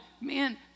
man